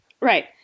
Right